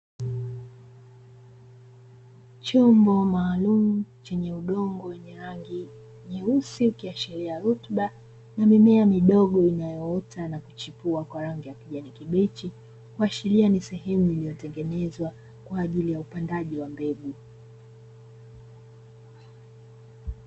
Chombo maalumu chenye udongo wenye rangi nyeusi ikiashiria rutuba, na mimea midogo inayootoa na kuchipua kwa rangi ya kijani kibichi, kuashiria ni sehemu iliyotengenezwa kwa ajili ya upandaji wa mbegu.